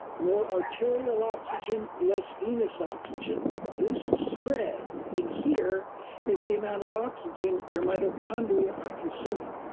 more arterial oxygen, less venous oxygen this spread in here is the amount of oxygen your mitochondria are consuming.